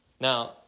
Now